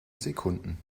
sekunden